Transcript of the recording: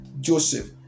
Joseph